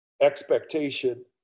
expectation